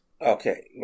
Okay